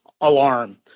alarm